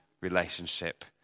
relationship